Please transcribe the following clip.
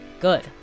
Good